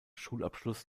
schulabschluss